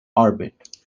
orbit